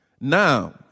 Now